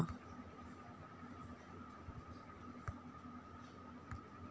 బాస్మతి బియ్యం పండించడానికి మన నేల సరిపోతదా?